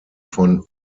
von